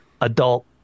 adult